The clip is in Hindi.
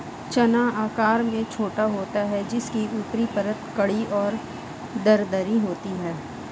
चना आकार में छोटा होता है जिसकी ऊपरी परत कड़ी और दरदरी होती है